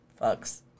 Fucks